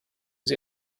sie